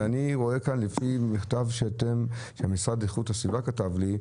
אבל אני רואה במכתב שהמשרד להגנת הסביבה כתב לי,